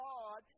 God